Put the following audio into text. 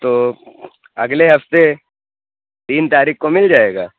تو اگلے ہفتے تین تاریخ کو مل جائے گا